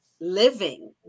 living